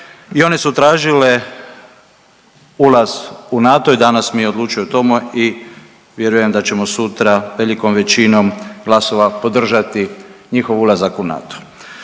I one su tražile ulaz u NATO i danas mi odlučujemo o tome i vjerujem da ćemo sutra velikom većinom glasova podržati njihov ulazak u NATO.